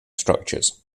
structures